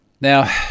Now